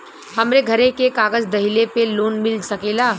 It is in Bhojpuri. हमरे घरे के कागज दहिले पे लोन मिल सकेला?